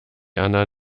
erna